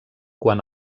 quan